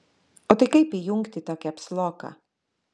o tai kaip įjungti tą kepsloką